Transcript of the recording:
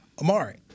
Amari